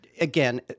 again